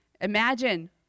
Imagine